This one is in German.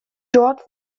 dort